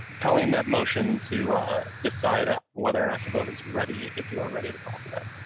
colleen that motion to decide ah whether or not to vote is ready if you're ready to call for that.